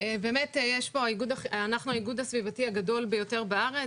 אנחנו האיגוד הסביבתי הגדול ביותר בארץ,